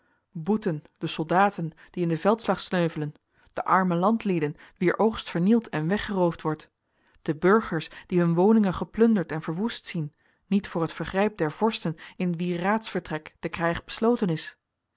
boeten de soldaten die in den veldslag sneuvelen de arme landlieden wier oogst vernield en weggeroofd wordt de burgers die hun woningen geplunderd en verwoest zien niet voor het vergrijp der vorsten in wier raadsvertrek de krijg besloten is